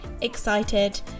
excited